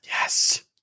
Yes